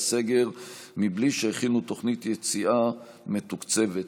סגר מבלי שהכינו תוכנית יציאה מתוקצבת ממנו.